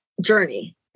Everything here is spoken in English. journey